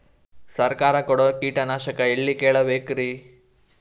ಸರಕಾರ ಕೊಡೋ ಕೀಟನಾಶಕ ಎಳ್ಳಿ ಕೇಳ ಬೇಕರಿ?